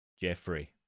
Jeffrey